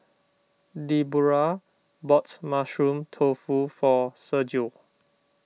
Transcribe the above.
Deborah bought Mushroom Tofu for Sergio